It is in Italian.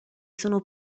sono